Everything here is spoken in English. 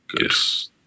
Yes